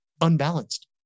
unbalanced